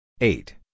eight